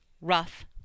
rough